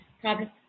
problem